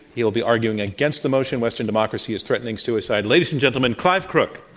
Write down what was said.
he'll be arguing against the motion western democracy is threatening suicide. ladies and gentlemen, clive crook.